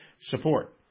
support